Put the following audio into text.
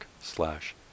slash